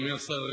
אדוני השר,